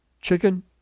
chicken